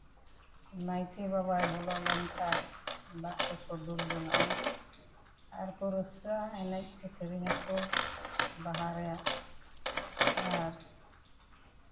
ᱱᱟᱭᱠᱮ ᱵᱟᱵᱟᱭ ᱵᱚᱞᱚ ᱞᱮᱱᱠᱷᱟᱱ ᱫᱟᱜ ᱠᱚᱠᱚ ᱫᱩᱞ ᱡᱚᱱᱟᱜᱼᱟ ᱟᱨᱠᱚ ᱨᱟᱹᱥᱠᱟᱹᱜᱼᱟ ᱮᱱᱮᱡ ᱟᱠᱚ ᱥᱮᱨᱮᱧᱟᱠᱚ ᱵᱟᱦᱟ ᱨᱮᱭᱟᱜ ᱟᱨ